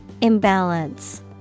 Imbalance